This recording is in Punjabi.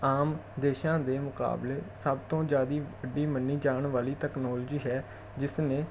ਆਮ ਦੇਸ਼ਾਂ ਦੇ ਮੁਕਾਬਲੇ ਸਭ ਤੋਂ ਜ਼ਿਆਦਾ ਵੱਡੀ ਮੰਨੀ ਜਾਣ ਵਾਲੀ ਤੈਕਨੋਲੋਜੀ ਹੈ ਜਿਸ ਨੇ